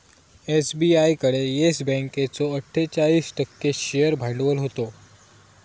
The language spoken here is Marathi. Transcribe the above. एस.बी.आय कडे येस बँकेचो अट्ठोचाळीस टक्को शेअर भांडवल होता